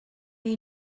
you